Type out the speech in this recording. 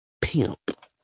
Pimp